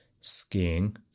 skiing